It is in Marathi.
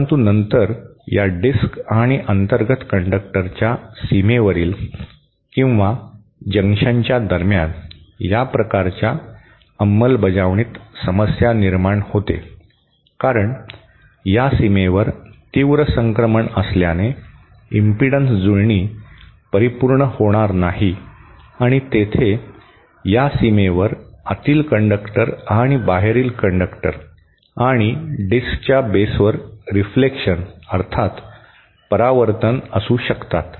परंतु नंतर या डिस्क आणि अंतर्गत कंडक्टरच्या सीमेवरील किंवा जंक्शनच्या दरम्यान या प्रकारच्या अंमलबजावणीत समस्या निर्माण होते कारण या सीमेवर तीव्र संक्रमण असल्याने इम्पिडन्स जुळणी परिपूर्ण होणार नाही आणि तेथे या सीमेवर आतील कंडक्टर आणि बाहेरील कंडक्टर आणि डिस्कच्या बेसवर रिफ्लेकशन अर्थात परावर्तन असू शकतात